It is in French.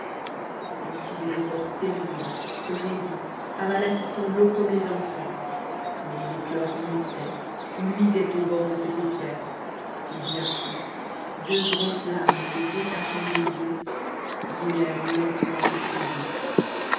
elle fit des efforts terribles se raidit avala ses sanglots comme les enfants mais les pleurs montaient luisaient au bord de ses paupières et bientôt deux grosses larmes se détachant des yeux roulèrent lentement sur ses joues